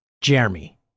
Jeremy